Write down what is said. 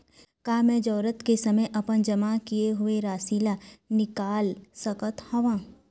का मैं जरूरत के समय अपन जमा किए हुए राशि ला निकाल सकत हव?